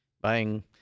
buying